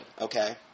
okay